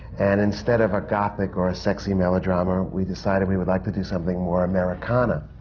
and instead of a gothic or a sexy melodrama, we decided we would like to do something more americana.